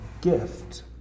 gift